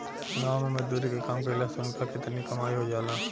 गाँव मे मजदुरी के काम कईला से उनका के तनी कमाई हो जाला